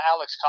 Alex